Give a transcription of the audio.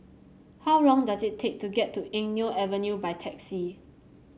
how long does it take to get to Eng Neo Avenue by taxi